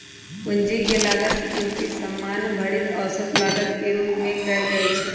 पूंजी के लागत के गिनती सामान्य भारित औसत लागत के रूप में कयल जाइ छइ